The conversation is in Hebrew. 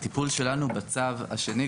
ייתכן שהטיפול שלנו בצו השני,